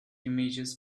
images